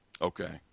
Okay